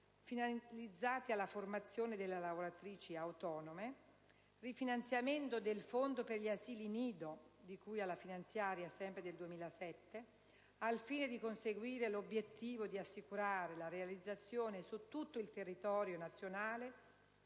finalizzati alla formazione delle lavoratrici autonome; il rifinanziamento del fondo per gli asili nido, di cui sempre alla finanziaria del 2007, al fine di conseguire l'obiettivo di assicurare la realizzazione su tutto il territorio nazionale